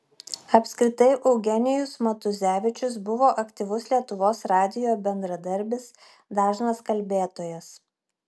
apskritai eugenijus matuzevičius buvo aktyvus lietuvos radijo bendradarbis dažnas kalbėtojas